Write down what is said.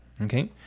Okay